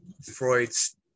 Freud's